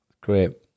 Great